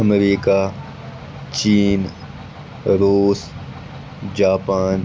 America China Russia Japan